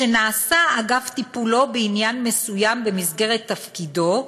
"שנעשה אגב טיפולו בעניין מסוים במסגרת תפקידו,